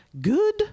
good